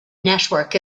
network